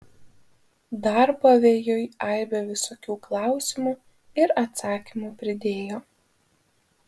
dar pavėjui aibę visokių klausimų ir atsakymų pridėjo